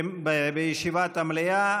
בישיבת המליאה.